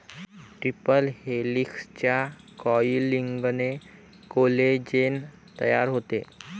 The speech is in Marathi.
ट्रिपल हेलिक्सच्या कॉइलिंगने कोलेजेन तयार होते